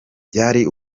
byari